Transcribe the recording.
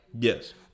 Yes